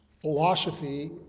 philosophy